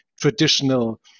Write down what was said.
traditional